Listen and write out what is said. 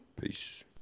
Peace